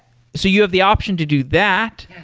so you have the option to do that,